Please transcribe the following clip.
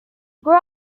grew